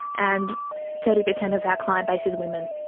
and thirty percent of our client base is women.